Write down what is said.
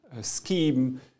scheme